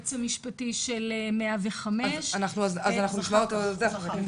היועץ המשפטי של 105. אז אנחנו נשמע אותו אחר כך.